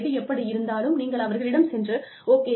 எது எப்படியிருந்தாலும் நீங்கள் அவர்களிடம் சென்று 'ஓகே